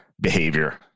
behavior